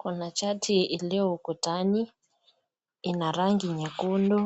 Kuna chati ilio ukutani ina rangi nyekundu